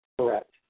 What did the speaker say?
correct